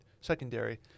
secondary